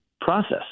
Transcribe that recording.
process